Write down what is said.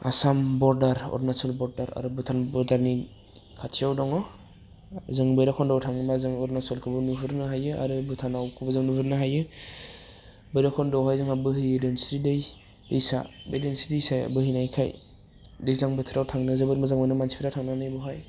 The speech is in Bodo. आसाम बरदार अरुणाचल बरदार आरो भुटान बरदारनि खाथियाव दङ जों भैरबखन्दआव थाङोबा जों अरुणाचलखौबो नुहुरनो हायो आरो भुटानाव खौबो जों नुहुरनो हायो भैरबखन्दआवहाय जोंहा बोहैयो धोनस्रि दैसा बे धोनस्रि दैसाया बोहैनायखाय दैज्लां बोथोराव थांनो जोबोर मोजां मोनो मानसिफ्रा थांनानै बेहाय